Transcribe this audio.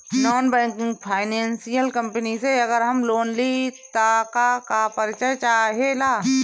Non banking financial company से अगर हम लोन लि त का का परिचय चाहे ला?